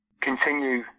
continue